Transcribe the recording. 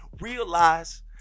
realize